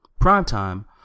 Primetime